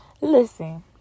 listen